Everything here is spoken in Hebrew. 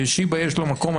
בשיבא יש לו מקום,